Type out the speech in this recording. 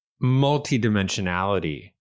multi-dimensionality